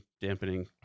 dampening